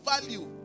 value